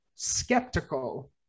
skeptical